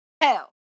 Hell